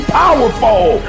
powerful